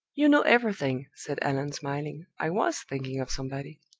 you know everything, said allan, smiling. i was thinking of somebody.